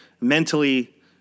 mentally